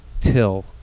till